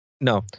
No